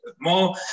more